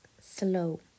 slow